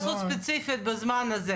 לאור בקשתך הם הסכימו למועצות הדתיות.